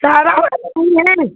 सहरा वाले फूल हैं